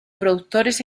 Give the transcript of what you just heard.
productores